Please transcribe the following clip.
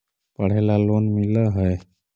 पढ़े ला लोन मिल है?